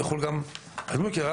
הוא יחול גם בדמוי כלי ירייה,